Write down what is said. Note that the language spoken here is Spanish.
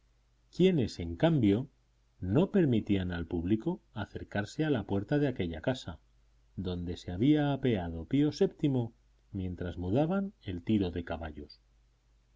gendarmes quienes en cambio no permitían al público acercarse a la puerta de aquella casa donde se había apeado pío vii mientras mudaban el tiro de caballos